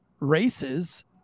Races